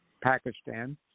Pakistan